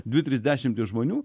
dvi tris dešimtis žmonių